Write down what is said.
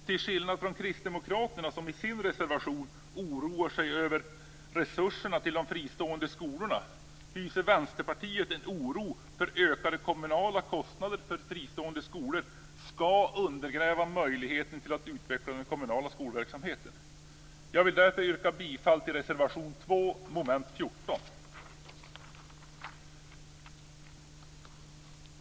Till skillnad från Kristdemokraterna, som i sin reservation oroar sig över resurserna till de fristående skolorna, hyser Vänsterpartiet en oro för att ökade kommunala kostnader för fristående skolor skall undergräva möjligheten att utveckla den kommunala skolverksamheten. Jag vill därför yrka bifall till reservation 2 under mom. 14.